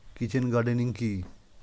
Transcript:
Kitchen gardening কি?